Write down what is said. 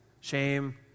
Shame